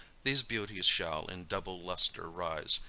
these beauties shall in double lustre rise,